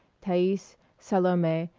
thais, salome,